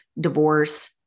divorce